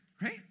Right